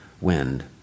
wind